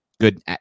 good